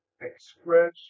express